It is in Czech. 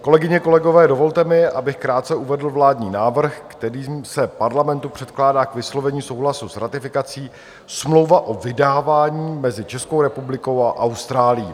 Kolegyně, kolegové, dovolte mi, abych krátce uvedl vládní návrh, kterým se Parlamentu předkládá k vyslovení souhlasu s ratifikací smlouva o vydávání mezi Českou republikou a Austrálií.